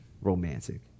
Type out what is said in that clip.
romantic